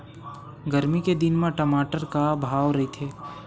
गरमी के दिन म टमाटर का भाव रहिथे?